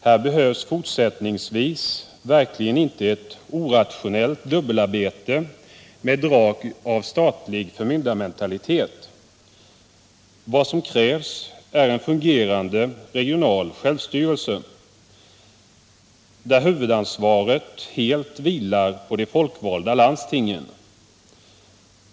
Här behövs fortsättningsvis verkligen inte ett orationellt dubbelarbete, med drag av statlig förmyndarmentalitet. Vad som krävs är en fungerande regional självstyrelse, där huvudansvaret helt vilar på de folkvalda landstingen.